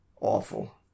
Awful